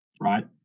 right